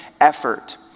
effort